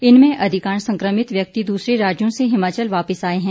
इनमें अधिकांश संक्रमित व्यक्ति दूसरे राज्यों से हिमाचल वापिस आए हैं